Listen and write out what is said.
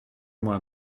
moi